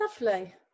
Lovely